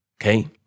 Okay